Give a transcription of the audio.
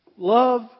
love